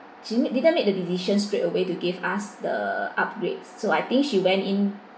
she make didn't make the decision straight away to give us the upgrades so I think she went in